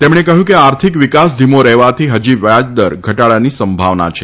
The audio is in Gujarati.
તેમણે કહ્યું કે આર્થિક વિકાસ ધીમો રહેવાથી ફજી વ્યાજદર ધટાડાની સંભાવના છે